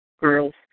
girls